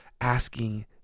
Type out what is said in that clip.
asking